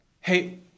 Hey